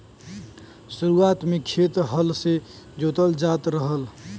शुरुआत में खेत हल से जोतल जात रहल